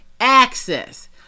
Access